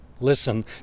listen